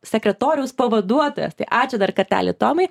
sekretoriaus pavaduotojas tai ačiū dar kartelį tomai